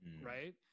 right